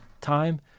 time